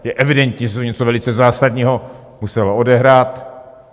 Je evidentní, že se tu něco velice zásadního muselo odehrát.